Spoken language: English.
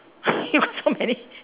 you got so many